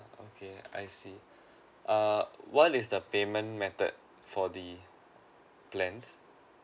okay I see err what is the payment method for the plans